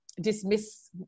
dismiss